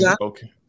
okay